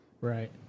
Right